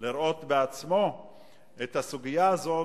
לראות בעצמו את הסוגיה הזאת,